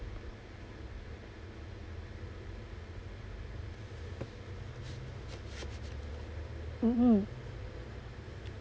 mm mm